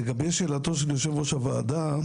לגבי שאלתו של יושב ראש הוועדה: